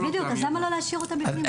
בדיוק, אז למה לא להשאיר אותם בפנים?